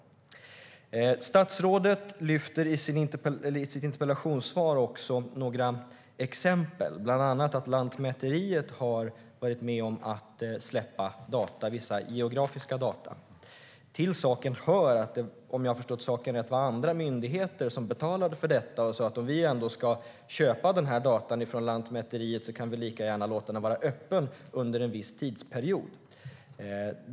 Statsrådet lyfter i sitt interpellationssvar fram några exempel, bland annat att Lantmäteriet har varit med om att släppa vissa geografiska data. Till saken hör, om jag har förstått saken rätt, att det var andra myndigheter som betalade för detta. De sa att om de ändå ska köpa dessa data från Lantmäteriet kan de lika gärna låta dem vara öppna under en viss tidsperiod.